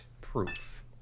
proof